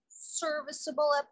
serviceable